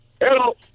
Hello